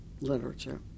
literature